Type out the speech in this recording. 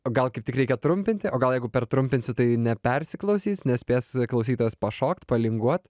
o gal kaip tik reikia trumpinti o gal jeigu pertrumpinsiu tai nepersiklausys nespės klausytojas pašokt palinguot